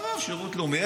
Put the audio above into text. צבא, שירות לאומי.